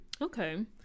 Okay